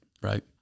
Right